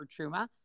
Truma